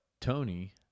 tony